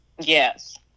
Yes